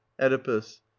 oedipus